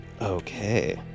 Okay